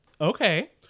Okay